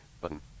button